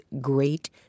great